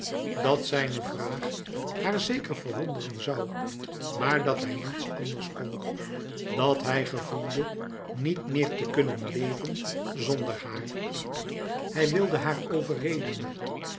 dat zijne vraag haar zeker verwonderen zoû maar dat hij niet anders kon dat hij gevoelde niet meer te kunnen leven zonder haar hij wilde haar